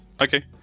Okay